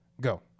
Go